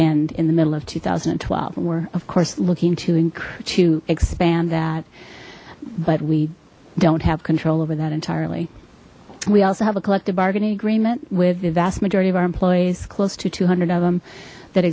end in the middle of two thousand and twelve we're of course looking to in to expand that but we don't have control over that entirely we also have a collective bargaining agreement with the vast majority of our employees close to two hundred of them that